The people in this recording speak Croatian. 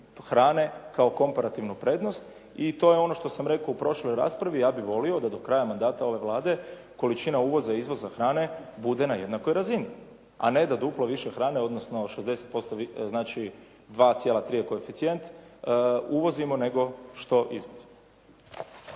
hrane kao komparativnu prednost i to je ono što sam rekao u prošloj raspravi. Ja bih volio da do kraja mandata ove Vlade količina uvoza i izvoza hrane bude na jednakoj razini, a ne da duplo više hrane odnosno 60%, znači 2,3 je koeficijent, uvozimo nego što izvozimo.